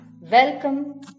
Welcome